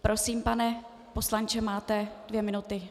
Prosím, pane poslanče, máte dvě minuty.